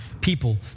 people